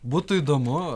būtų įdomu